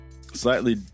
slightly